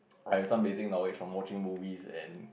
I have some basic knowledge from watching movies and